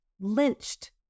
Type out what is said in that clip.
lynched